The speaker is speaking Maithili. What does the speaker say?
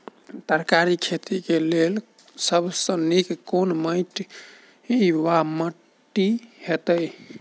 तरकारीक खेती केँ लेल सब सऽ नीक केँ माटि वा माटि हेतै?